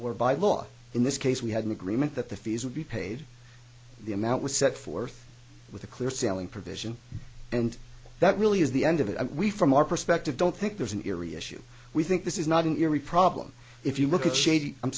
or by law in this case we had an agreement that the fees would be paid the amount was set forth with a clear sailing provision and that really is the end of it we from our perspective don't think there's an eerie issue we think this is not an eery problem if you look at shady i'm